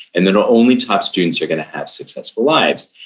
and then only top students are going to have successful lives,